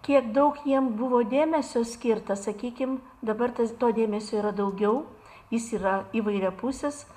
kiek daug jiem buvo dėmesio skirta sakykim dabar tas to dėmesio yra daugiau jis yra įvairiapusis